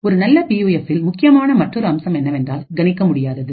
ஒரு நல்ல பியூஎஃப்பில் முக்கியமான மற்றொரு அம்சம் என்னவென்றால் கணிக்க முடியாதது